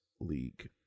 League